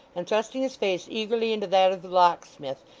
and thrusting his face eagerly into that of the locksmith,